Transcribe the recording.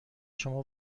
شما